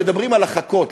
מדברים על החכות,